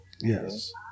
yes